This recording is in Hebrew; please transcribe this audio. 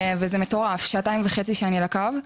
וזה מטורף, שעתיים וחצי שאני על הקו.